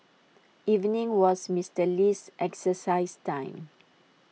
evening was Mister Lee's exercise time